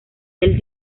del